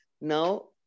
now